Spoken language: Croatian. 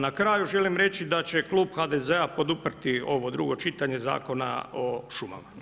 Na kraju želim reći da će Klub HDZ-a poduprijeti ovo drugo čitanje Zakona o šumama.